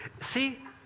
see